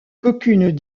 qu’aucune